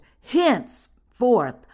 henceforth